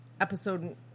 Episode